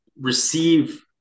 receive